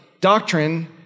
doctrine